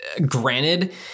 granted